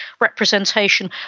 representation